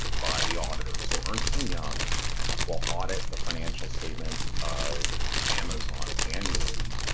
by the auditor so ernst and young while audit the financial statements of amazon annually.